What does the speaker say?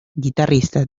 guitarristas